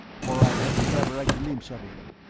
for i had never a glimpse of him.